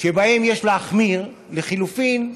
שבהן יש להחמיר, ולחלופין,